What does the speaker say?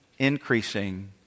Increasing